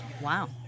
wow